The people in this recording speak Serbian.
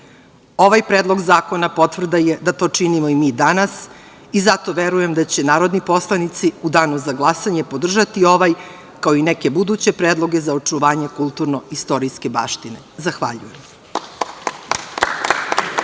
Ovaj Predlog zakona potvrda je da to činimo i mi danas i zato verujem da će narodni poslanici u danu za glasanje podržati ovaj, kao i neke buduće predloge za očuvanje kulturno-istorijske baštine. Zahvaljujem.